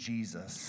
Jesus